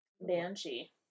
Banshee